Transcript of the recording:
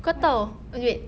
kau tahu oh wait